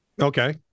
Okay